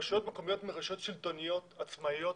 רשויות מקומיות הן רשויות שלטוניות, עצמאיות.